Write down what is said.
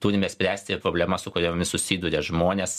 turime spręsti problemas su kuriomis susiduria žmonės